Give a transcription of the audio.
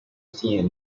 steam